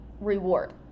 reward